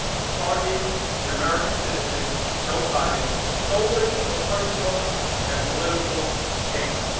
to target an american citizen joe biden solely for personal and political gain